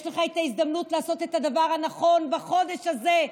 יש לך הזדמנות לעשות את הדבר הנכון בחודש הזה,